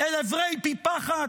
אל עברי פי פחת,